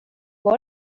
går